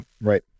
right